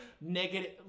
negative